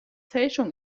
fälschung